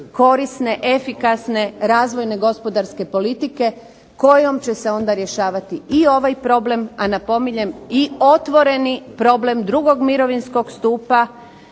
korisne, efikasne razvojne gospodarske politike, kojom će se rješavati ovaj problem, a napominjem i otvoreni problem drugog mirovinskog stupa